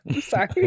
Sorry